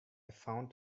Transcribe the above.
found